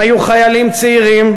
הם היו חיילים צעירים